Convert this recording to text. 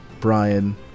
Brian